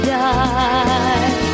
die